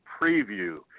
preview